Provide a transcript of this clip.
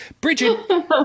Bridget